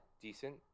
decent